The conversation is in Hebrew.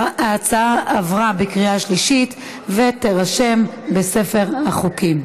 ההצעה עברה בקריאה שלישית ותירשם בספר החוקים.